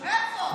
איפה?